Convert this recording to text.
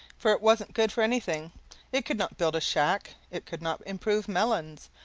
for it wasn't good for anything it could not build a shack, it could not improve melons,